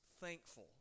thankful